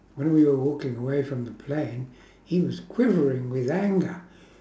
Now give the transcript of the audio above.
when we were walking away from the plane he was quivering with anger